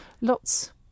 lots